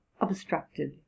obstructed